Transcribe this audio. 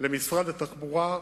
למשרד התחבורה,